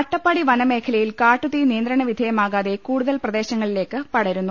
അട്ടപ്പാടി വനമേഖലയിൽ കാട്ടു തീ നിയന്ത്രണ്ട് വിധേയമാകാതെ കൂടുതൽ പ്രദേശങ്ങളിലേക്ക് പടരുന്നു